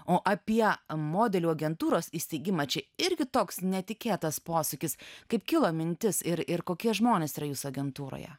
o apie modelių agentūros įsteigimą čia irgi toks netikėtas posūkis kaip kilo mintis ir ir kokie žmonės yra jūsų agentūroje